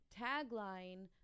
tagline